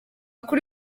kuri